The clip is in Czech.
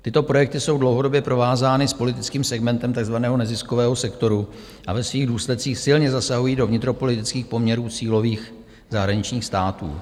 Tyto projekty jsou dlouhodobě provázány s politickým segmentem takzvaného neziskového sektoru a ve svých důsledcích silně zasahují do vnitropolitických poměrů cílových zahraničních států.